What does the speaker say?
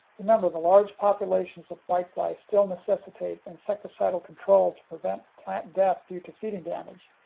remember, the large populations of whitefly still necessitate insecticidal control to prevent plant death due to feeding damage,